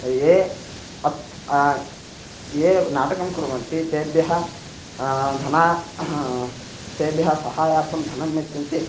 ये अत्र ये नाटकं कुर्वन्ति तेभ्यः धनं तेभ्यः सहायार्थं धनं यच्छन्ति